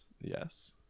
yes